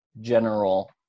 general